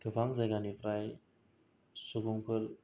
गोबां जायगानिफ्राय सुबुंफोर